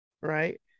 right